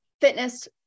fitness